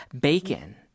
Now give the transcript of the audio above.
Bacon